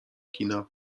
kina